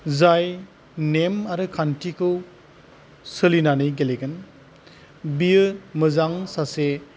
जाय नेम आरो खान्थिखौ सोलिनानै गेलेगोन बियो मोजां सासे